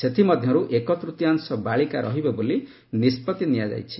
ସେଥିମଧ୍ୟରୁ ଏକତ୍ତୀୟାଂଶ ବାଳିକା ରହିବେ ବୋଲି ନିଷ୍ପଭି ନିଆଯାଇଛି